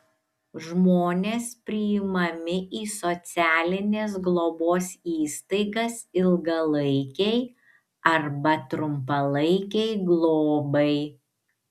žmonės priimami į socialinės globos įstaigas ilgalaikei arba trumpalaikei globai